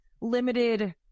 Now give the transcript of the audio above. limited